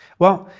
well,